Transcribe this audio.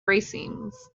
racemes